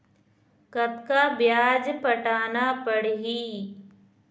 कतका ब्याज पटाना पड़ही?